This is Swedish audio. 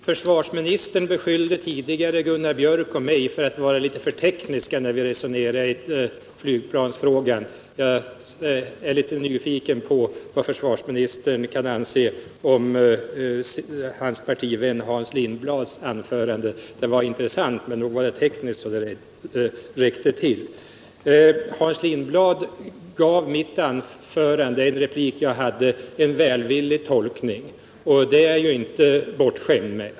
Herr talman! Försvarsministern beskyllde tidigare Gunnar Björk i Gävle och mig för att vara för tekniska när vi resonerade i flygplansfrågan. Jag är därför litet nyfiken på vad försvarsministern kan anse om sin partivän Hans Lindblads anförande. Det var intressant, men nog var det tekniskt så det räckte. Hans Lindblad gav en av mina repliker en välvillig tolkning, och sådant är jag inte bortskämd med.